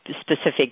specific